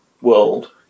world